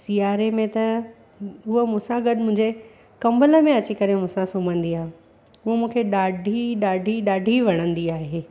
सिआरे में त उहा मूंसां गॾु मुंहिंजे कम्बलनि में अची करे मूंसां सुम्हंदी आहे उहा मूंखे ॾाढी ॾाढी ॾाढी वणंदी आहे